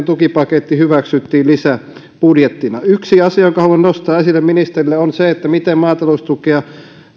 tukipaketti hyväksyttiin lisäbudjettina yksi asia jonka haluan nostaa esille ministerille on se miten maataloustukea